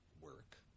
work